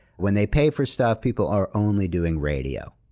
when they pay for stuff, people are only doing radio.